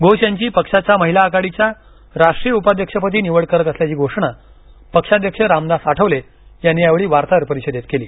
घोष यांची पक्षाच्या महिला आघाडीच्या राष्ट्रीय उपाध्यक्षपदी निवड करत असल्याची घोषणा पक्षाध्यक्ष रामदास आठवले यांनी यावेळी वार्ताहर परिषदेत केली